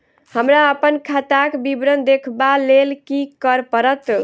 हमरा अप्पन खाताक विवरण देखबा लेल की करऽ पड़त?